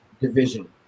division